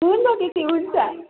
हुन्छ दिदी हुन्छ